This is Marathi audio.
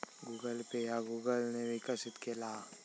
गुगल पे ह्या गुगल ने विकसित केला हा